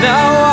Now